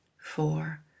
four